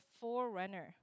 forerunner